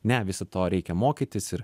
ne viso to reikia mokytis ir